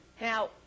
Now